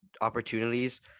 opportunities